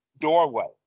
doorway